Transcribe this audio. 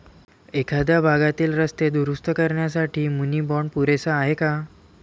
एखाद्या भागातील रस्ते दुरुस्त करण्यासाठी मुनी बाँड पुरेसा आहे का?